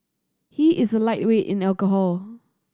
he is a lightweight in alcohol